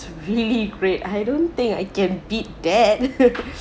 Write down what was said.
really great I don't think I can beat that